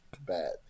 bad